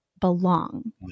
belong